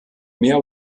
mehr